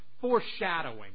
foreshadowing